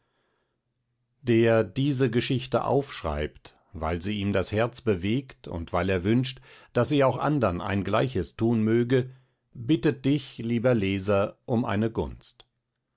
der diese geschichte aufschreibt weil sie ihm das herz bewegt und weil er wünscht daß sie auch andern ein gleiches tun möge bittet dich lieber leser um eine gunst